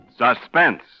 Suspense